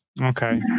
Okay